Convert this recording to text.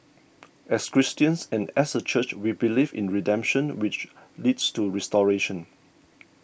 as Christians and as a church we believe in redemption which leads to restoration